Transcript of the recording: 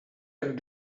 can